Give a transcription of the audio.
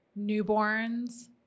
Newborns